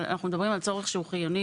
אבל אנחנו מדברים על צורך שהוא חיוני